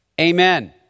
Amen